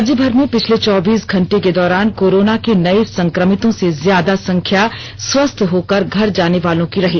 राज्यभर में पिछले चौबीस घंटे के दौरान कोरोना के नये संक्रमितों से ज्यादा संख्या स्वस्थ होकर घर जाने वालों की रही